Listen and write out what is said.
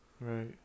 Right